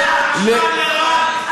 אתם עמדתם בראשות הממשלה.